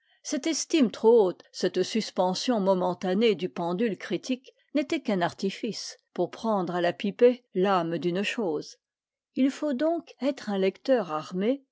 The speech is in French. cette estime trop haute cette suspension momentanée du pendule critique n'était qu'un artifice pour prendre à la pipée l'âme d'une chose il faut donc être un lecteur armé